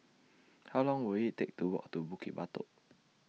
How Long Will IT Take to Walk to Bukit Batok